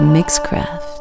MixCraft